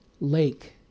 lake